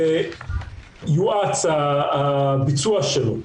שיואץ הביצוע שלו.